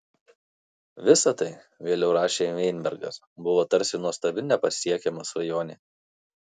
visa tai vėliau rašė vainbergas buvo tarsi nuostabi nepasiekiama svajonė